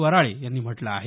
वराळे यांनी म्हटलं आहे